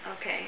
Okay